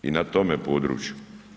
I na tome području.